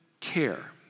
care